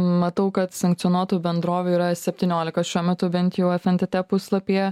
matau kad sankcionuotų bendrovių yra septyniolika šiuo metu bent jau fntt puslapyje